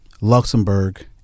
Luxembourg